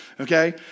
okay